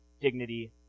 dignity